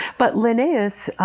but linnaeus